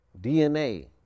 DNA